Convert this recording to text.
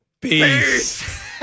Peace